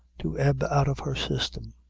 to ebb out of her system.